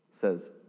says